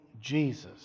Jesus